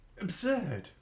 absurd